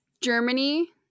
Germany